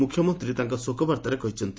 ମୁଖ୍ୟମନ୍ତ୍ରୀ ତାଙ୍କ ଶୋକବାର୍ତ୍ତାରେ କହିଛନ୍ତି